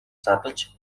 задалж